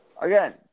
again